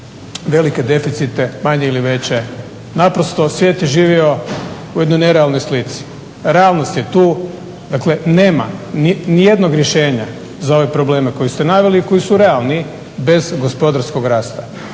velike deficite manje ili veće. Naprosto svijet je živio u jednoj nerealnoj slici. Realnost je tu, dakle nema ni jednog rješenja za ove probleme koje ste naveli koji su realni bez gospodarskog rasta.